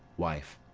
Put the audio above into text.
wife.